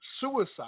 suicide